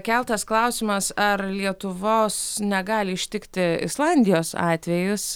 keltas klausimas ar lietuvos negali ištikti islandijos atvejis